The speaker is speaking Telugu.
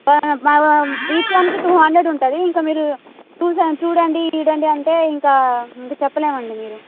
మ ఈచ్ వన్కి టూ హండ్రడ్ ఉంటుంది ఇంక మీరు చూసాం చూడండి గిడండి అంటే ఇంకా ఇంకా చెప్పలేం అండి మీరు